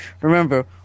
Remember